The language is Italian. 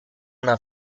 una